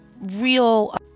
real